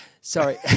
sorry